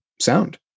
sound